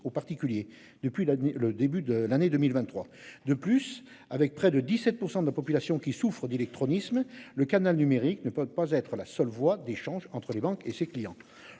aux particuliers depuis la le début de l'année 2023. De plus, avec près de 17% de la population qui souffrent d'électronique. Le canal numérique ne peuvent pas être la seule voie d'échanges entre les banques et ses clients.